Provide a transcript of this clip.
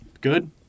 Good